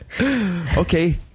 Okay